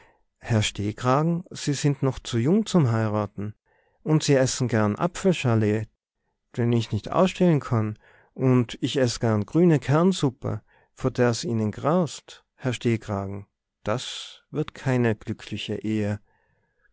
herr stehkragen sie sind noch zu jung zum heiraten und sie essen gern apfelschalet den ich nicht ausstehen kann und ich ess gern grünekernsupp vor der's ihnen graust herr stehkragen das wird keine glückliche ehe